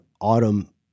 autumn